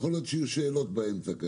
יכול להיות שיהיו שאלות באמצע.